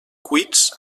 cuits